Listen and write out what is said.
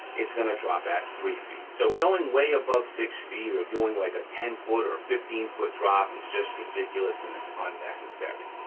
it's gonna drop at three feet. so going way above six feet or doing like a ten foot or fifteen foot drop is just ridiculous and it's unnecessary.